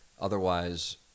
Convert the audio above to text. Otherwise